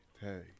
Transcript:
hey